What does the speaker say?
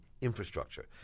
infrastructure